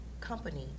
company